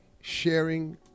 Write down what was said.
sharing